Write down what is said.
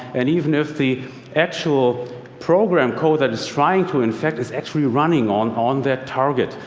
and even if the actual program code that it's trying to infect is actually running on on that target.